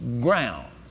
ground